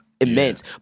Immense